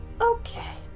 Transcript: Okay